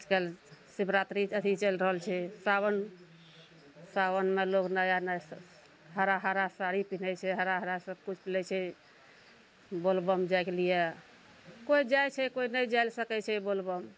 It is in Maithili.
आजकल शिवरात्रि अथी चलि रहल छै सावन सावनमे लोग नया नया हरा हरा साड़ी पिन्हय छै हरा हरा सबकिछु मिलय छै बोलबम जाइके लिये कोइ जाइ छै कोइ नहि जाइ लए सकय छै बोलबम